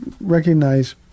recognize